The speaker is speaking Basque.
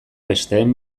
besteen